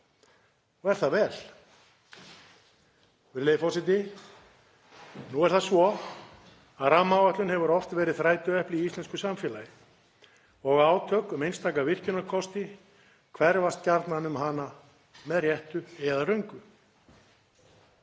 og er það vel. Virðulegi forseti. Nú er það svo að rammaáætlun hefur oft verið þrætuepli í íslensku samfélagi og átök um einstaka virkjunarkosti hverfast gjarnan um hana með réttu eða röngu.